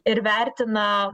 ir vertina